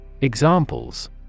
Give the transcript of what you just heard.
Examples